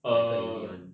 哪一个 unit one